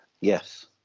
yes